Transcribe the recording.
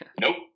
Nope